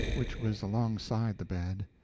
which was alongside the bed,